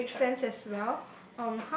well you make sense as well